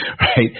right